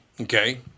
okay